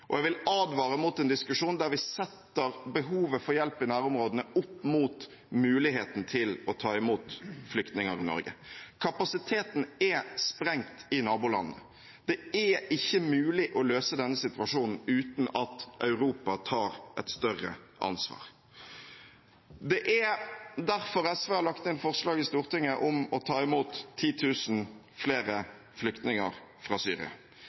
Jeg vil advare mot en diskusjon der vi setter behovet for hjelp i nærområdene opp mot muligheten til å ta imot flyktninger i Norge. Kapasiteten er sprengt i nabolandene. Det er ikke mulig å løse denne situasjonen uten at Europa tar et større ansvar. Derfor har SV lagt inn forslag i Stortinget om å ta imot 10 000 flere flyktninger fra Syria.